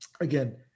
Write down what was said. again